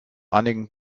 einigen